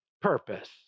purpose